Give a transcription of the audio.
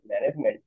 management